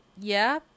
Yeah